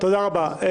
תודה רבה.